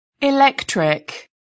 electric